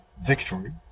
victory